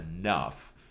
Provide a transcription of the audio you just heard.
enough